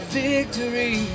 victory